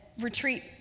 retreat